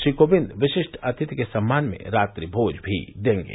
श्री कोविंद विशिष्ट अतिथि के सम्मान में रात्रि भोज भी देंगे